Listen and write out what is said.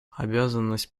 обязанность